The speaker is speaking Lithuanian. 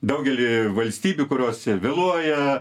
daugelį valstybių kurios vėluoja